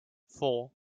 four